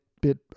bit